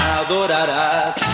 adorarás